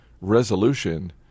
resolution